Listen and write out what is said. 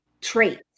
trait